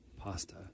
pasta